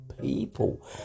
people